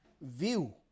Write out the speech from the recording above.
view